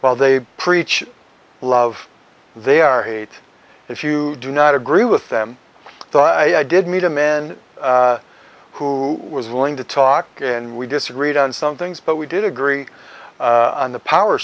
while they preach love they are hate if you do not agree with them but i did meet a man who was willing to talk and we disagreed on some things but we did agree on the power